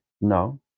No